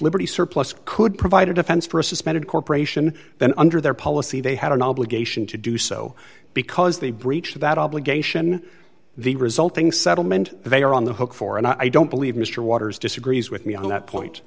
liberty surplus could provide a defense for a suspended corporation that under their policy they had an obligation to do so because they breached that obligation the resulting settlement they are on the hook for and i don't believe mr waters disagrees with me on that point